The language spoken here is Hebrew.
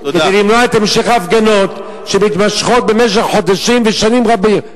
כדי למנוע את המשך ההפגנות שמתמשכות חודשים ושנים רבות.